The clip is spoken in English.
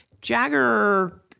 Jagger